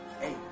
Hey